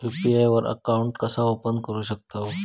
UPI वर account कसा open करू शकतव?